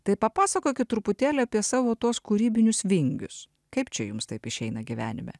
tai papasakokit truputėlį apie savo tuos kūrybinius vingius kaip čia jums taip išeina gyvenime